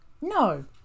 no